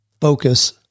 focus